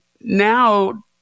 now